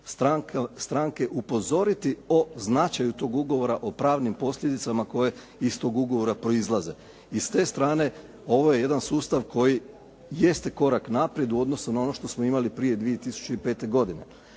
stranke upozoriti o značaju toga ugovora o pravnim posljedicama koje iz toga ugovora proizlaze. I ste strane ovo je jedan sustav koji jeste korak naprijed u odnosu na ono što smo imali prije 2005. godine.